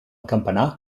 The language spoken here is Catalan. campanar